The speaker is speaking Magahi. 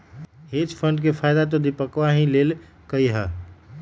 हेज फंड के फायदा तो दीपकवा ही लेल कई है